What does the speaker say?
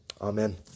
amen